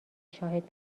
شاهد